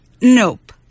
Nope